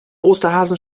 osterhasen